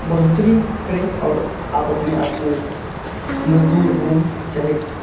बढ़ोतरी करें और आप अपने आप को मज़दूर हों चाहे